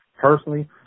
personally